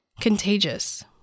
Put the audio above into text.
Contagious